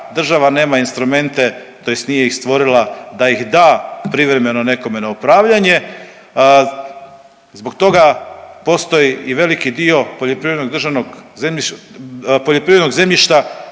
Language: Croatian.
država nema instrumente tj. nije ih stvorila da ih da privremeno nekome na upravljanje, zbog toga postoji i veliki dio poljoprivrednog državnog